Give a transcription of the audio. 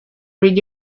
read